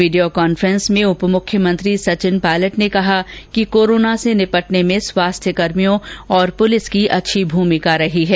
video conference में उप मुख्यमंत्री सचिन पायलट ने कहा कि कोरोना से निपटने में स्वास्थ्यकर्मियों और पुलिस की अच्छी भूमिका रही है